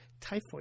typhoid